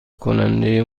کننده